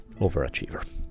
Overachiever